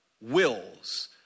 wills